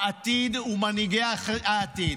אלה חיילי העתיד ומנהיגי העתיד.